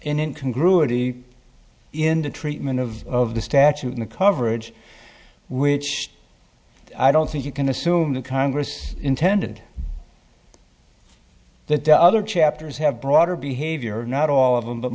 congruity in the treatment of of the statute in the coverage which i don't think you can assume that congress intended that the other chapters have broader behavior not all of them but